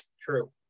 True